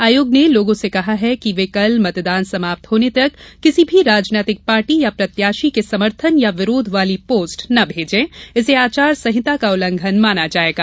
आयोग ने लोगों से कहा है कि वे कल मतदान समाप्त होने तक किसी भी राजनीतिक पार्टी या प्रत्याशी के समर्थन या विरोध वाली पोस्ट न भेजें इसे आचार संहिता का उल्लंघन माना जायेगा